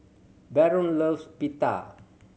Baron loves Pita